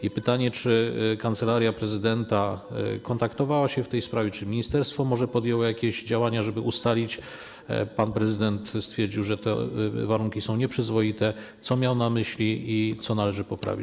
I pytanie: Czy Kancelaria Prezydenta kontaktowała się w tej sprawie, czy ministerstwo może podjęło jakieś działania, żeby ustalić, co pan prezydent, który stwierdził, że te warunki są nieprzyzwoite, miał na myśli i co należy poprawić?